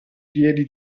piedi